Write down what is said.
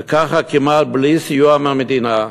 וככה, כמעט בלי סיוע מהמדינה,